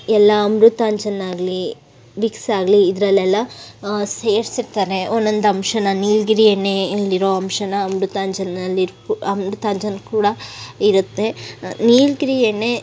ಎಲ್ಲ ಅಮೃತಾಂಜನ್ ಆಗಲೀ ವಿಕ್ಸ್ ಆಗಲೀ ಇದರಲ್ಲೆಲ್ಲ ಸೇರ್ಸಿರ್ತಾರೆ ಒಂದೊಂದು ಅಂಶನ ನೀಲಗಿರಿ ಎಣ್ಣೆಯಲ್ಲಿರೋ ಅಂಶನ ಅಮೃತಾಂಜನ್ ಅಲ್ಲಿರೊ ಅಮೃತಾಂಜನ್ ಕೂಡ ಇರುತ್ತೆ ನೀಲಗಿರಿ ಎಣ್ಣೆ